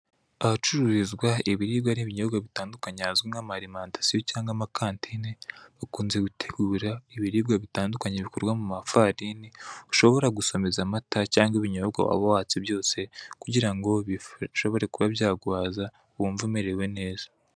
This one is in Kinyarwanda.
Ahacururizwa ibiribwa n'ibinyobwa bitandukanye hazwi nk'amalimantasiyo cyangwa amakantine, bikunze gutegura ibiribwa bitandukanye bikorwa mu mafarini, ushobora gusomeza amata cyangwa ibinyobwa waba watse byose, kugira ngo bishobore kuba byaguhaza wumve umerewe neza.